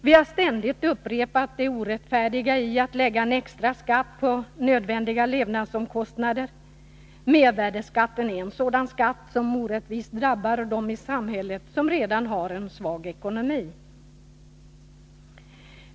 Vi har ständigt upprepat det orättfärdiga i att lägga en extra skatt på nödvändiga levnadsomkostnader. Mervärdeskatten är en sådan skatt som orättvist drabbar dem i samhället som redan har en svag ekonomi.